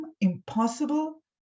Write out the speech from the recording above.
impossible